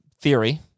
theory